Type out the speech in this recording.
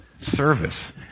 service